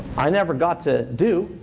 i never got to do,